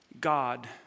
God